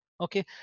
okay